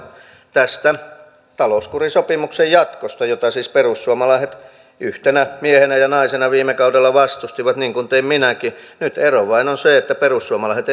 tästä talouskurisopimuksen jatkosta jota siis perussuomalaiset yhtenä miehenä ja naisena viime kaudella vastustivat niin kuin tein minäkin nyt ero vain on se että perussuomalaiset